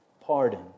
pardon